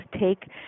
take